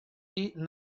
eating